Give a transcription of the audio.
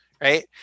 right